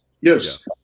yes